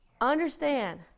understand